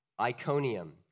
Iconium